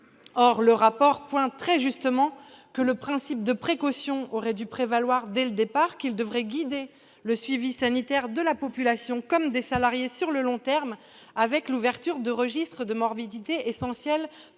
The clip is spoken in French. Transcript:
Or le rapport relève très justement que le principe de précaution aurait dû prévaloir dès le départ, qu'il devrait guider le suivi sanitaire de la population et des salariés sur le long terme, l'ouverture de registres de morbidité étant